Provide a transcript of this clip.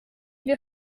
wir